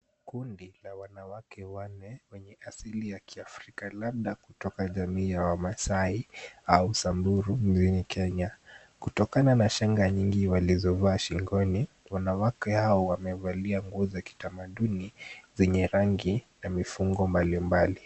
Kundi la wanawake wanne wenye asili ya kiafrika labda kutoka jamii ya wamaasai au samburu nchini kenya kutokana na shanga nyingi walizovaa shingoni, wanawake hao wamevalia nguo za kitamaduni zenye rangi na mifungo mbalimbali.